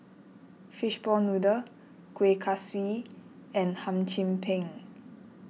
Fishball Noodle Kuih Kaswi and Hum Chim Peng